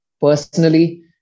personally